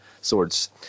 swords